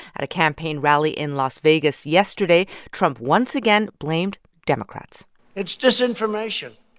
at a campaign rally in las vegas yesterday, trump once again blamed democrats it's disinformation.